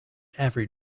every